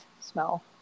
smell